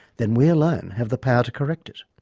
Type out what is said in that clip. then we alone have the power to correct it.